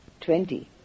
twenty